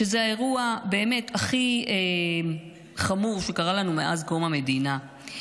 האירוע באמת הכי חמור שקרה לנו מאז קום המדינה,